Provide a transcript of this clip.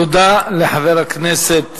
תודה לחבר הכנסת